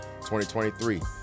2023